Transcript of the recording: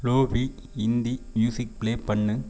Lobi Hindi music play பண்ணு